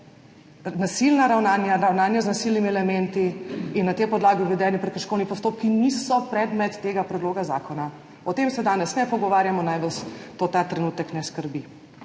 Nasilna ravnanja, ravnanja z nasilnimi elementi in na tej podlagi uvedeni prekrškovni postopki niso predmet tega predloga zakona, o tem se danes ne pogovarjamo, naj vas to ta trenutek ne skrbi.